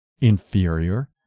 inferior